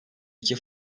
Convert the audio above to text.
iki